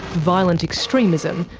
violent extremism,